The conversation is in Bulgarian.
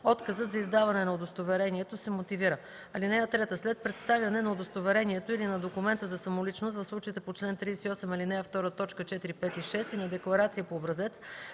Отказът за издаване на удостоверението се мотивира. (3) След представяне на удостоверението или на документа за самоличност в случаите по чл. 38, ал. 2, т. 4, 5 и 6 и на декларация по образец,